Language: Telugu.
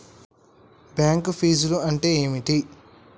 బ్యాంక్ ఫీజ్లు అంటే ఏమిటి?